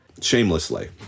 Shamelessly